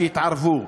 שיתערבו.